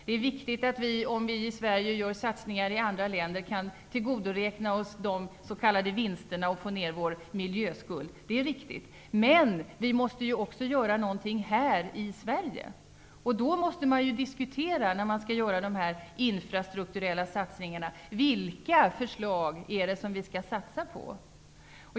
Det är viktigt att vi i Sverige, om vi gör satsningar i andra länder, kan tillgodoräkna oss de s.k. vinsterna och få ned vår miljöskuld. Det är riktigt. Men vi måste också göra någonting här i Sverige. När man skall göra dessa infrastrukturella satsningar måste man diskutera vilka förslag det är som vi skall satsa på.